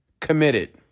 committed